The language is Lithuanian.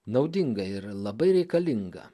naudinga ir labai reikalinga